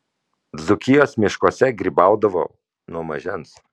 dzūkijos miškuose grybaudavau nuo mažens